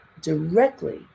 directly